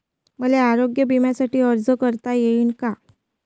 मले आरोग्य बिम्यासाठी अर्ज करता येईन का?